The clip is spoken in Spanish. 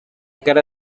cara